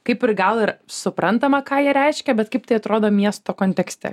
kaip ir gal ir suprantama ką jie reiškia bet kaip tai atrodo miesto kontekste